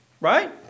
right